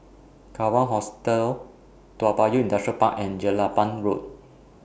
Kawan Hostel Toa Payoh Industrial Park and Jelapang Road